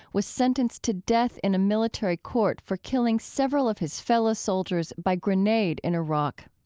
was sentenced to death in a military court for killing several of his fellow soldiers by grenade in iraq.